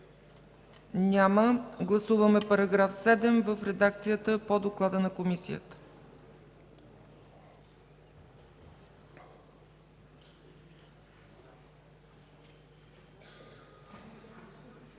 Няма. Гласуваме § 7 в редакцията по доклада на Комисията.